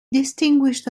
distinguished